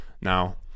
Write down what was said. Now